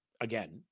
again